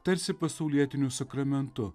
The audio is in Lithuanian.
tarsi pasaulietiniu sakramentu